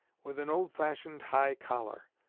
with an old-fashioned high collar.